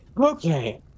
Okay